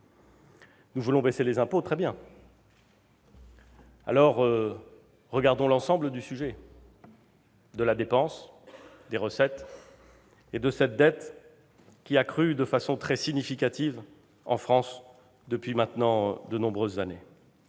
Nous voulons baisser les impôts. Très bien. Alors, regardons l'ensemble du sujet : la dépense, les recettes et cette dette qui a crû de façon très significative en France depuis maintenant de nombreuses années.